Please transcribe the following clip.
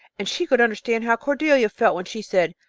and she could understand how cordelia felt when she said,